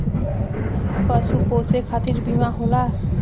पशु पोसे खतिर बीमा होला